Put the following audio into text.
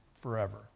forever